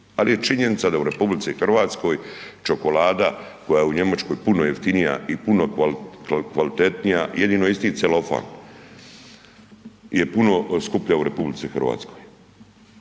ali je činjenica da u RH čokolada koja je u Njemačkoj puno jeftinija i puno kvalitetnija, jedino isti celofan, je puno skuplja u RH. I to